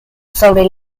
sobre